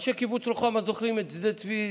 אנשי קיבוץ רוחמה זוכרים את שדה צבי